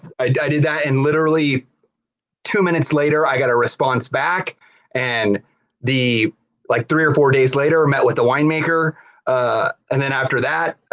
i did that and literally two minutes later, i got a response back and like three or four days later, met with the winemaker ah and then after that,